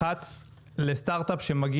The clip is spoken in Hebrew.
רוצה לפנות למשרדי הממשלה,